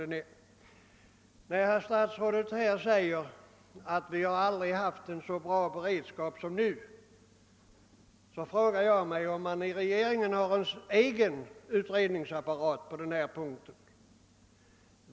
När statsrådet säger att vårt land aldrig har haft en så bra livsmedelsberedskap som nu, frågar jag mig om regeringen förfogar över en egen utredningsapparat på denna punkt.